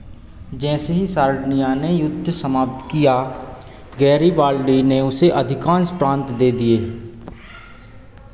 जैसे ही सार्डिनिया ने युद्ध समाप्त किया गैरिबाल्डी ने उसे अधिकांश प्रांत दे दिए